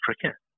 cricket